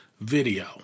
video